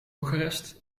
bucharest